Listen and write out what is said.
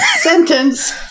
Sentence